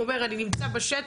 הוא אומר אני נמצא בשטח,